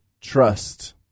trust